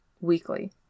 weekly